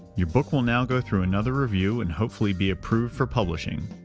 your book will now go through another review and hopefully be approved for publishing.